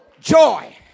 joy